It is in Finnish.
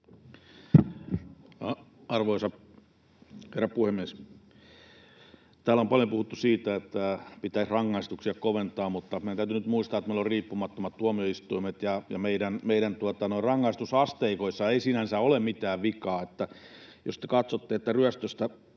Arvoisa herra puhemies! Täällä on paljon puhuttu siitä, että pitäisi rangaistuksia koventaa, mutta meidän täytyy nyt muistaa, että meillä on riippumattomat tuomioistuimet ja meidän rangaistusasteikoissa ei sinänsä ole mitään vikaa. Jos te katsotte, että ryöstöstä